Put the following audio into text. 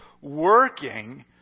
working